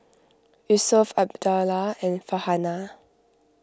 Yusuf Abdullah and Farhanah